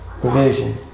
provision